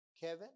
Kevin